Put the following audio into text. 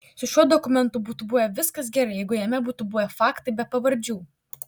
su šiuo dokumentu būtų buvę viskas gerai jeigu jame būtų buvę faktai be pavardžių